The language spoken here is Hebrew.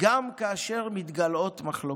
גם כאשר מתגלעות מחלוקות.